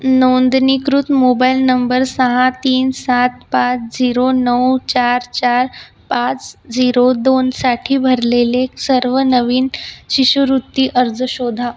नोंदणीकृत mobile number सहा तीन सात पाच झिरो नऊ चार चार पाच झिरो दोनसाठी भरलेले सर्व नवीन शिष्यवृत्ती अर्ज शोधा